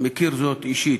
מכיר זאת אישית,